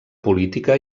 política